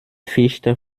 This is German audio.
fischt